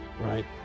right